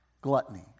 gluttony